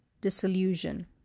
Disillusion